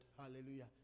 Hallelujah